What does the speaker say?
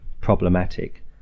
problematic